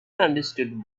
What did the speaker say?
understood